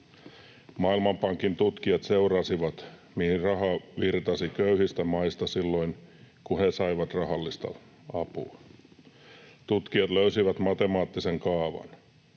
Maailmanpankin tutkijat seurasivat, mihin rahaa virtasi köyhistä maista silloin, kun ne saivat rahallista apua. Tutkijat löysivät matemaattisen kaavan.